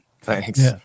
Thanks